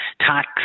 tax